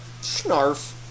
Snarf